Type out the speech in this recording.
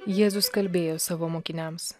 jėzus kalbėjo savo mokiniams